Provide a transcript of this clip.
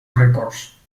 rècords